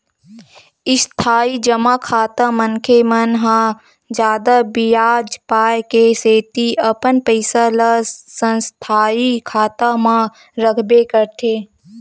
इस्थाई जमा खाता मनखे मन ह जादा बियाज पाय के सेती अपन पइसा ल स्थायी खाता म रखबे करथे